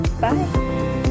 Bye